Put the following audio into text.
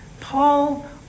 Paul